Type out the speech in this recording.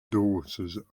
daughters